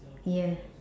yeah